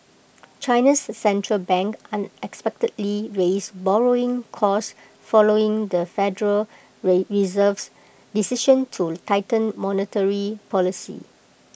China's Central Bank unexpectedly raised borrowing costs following the federal Reserve's decision to tighten monetary policy